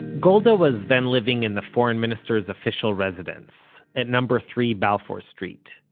golda was then living in the foreign minister's official residence, at number three balfour street,